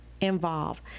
involved